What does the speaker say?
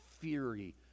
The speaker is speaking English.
fury